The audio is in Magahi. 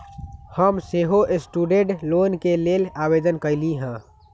हम सेहो स्टूडेंट लोन के लेल आवेदन कलियइ ह